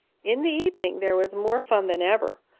in the evening there was more fun than ever.